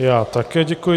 Já také děkuji.